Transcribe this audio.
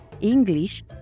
English